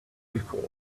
before